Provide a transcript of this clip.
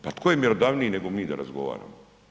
Pa tko je mjerodavniji nego mi da razgovaramo.